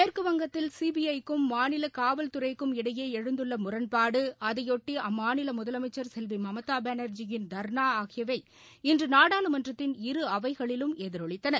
மேற்குவங்கத்தில் சிபிஐ க்கும் மாநில காவல்துறைக்கும் இடையே எழுந்துள்ள முரண்பாடு அதையொட்டி அம்மாநில முதலமைச்ச் செல்வி மம்தா பாளர்ஜி யின் தர்ணா ஆகியவை இன்று நாடாளுமன்றத்தின் இரு அவைகளிலும் எதிரொலித்தன